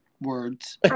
words